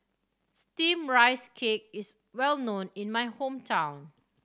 Steamed Rice Cake is well known in my hometown